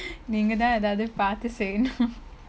நீங்கதா எதாவது பாத்து செய்யனொ:neenga thaa ethaavathu paathu seiyano